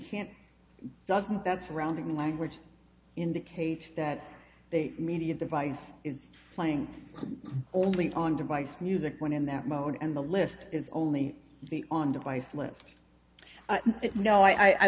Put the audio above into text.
can't doesn't that surrounding language indicate that the media device is flying only on device music when in that mode and the list is only the on device list that no i